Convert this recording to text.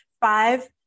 Five